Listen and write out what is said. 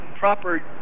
proper